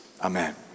Amen